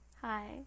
Hi